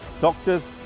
doctors